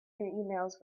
emails